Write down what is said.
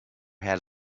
had